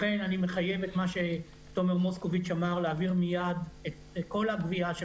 אני קורא להעביר מיד את כל הגבייה של